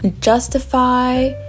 justify